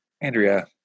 Andrea